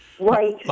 Right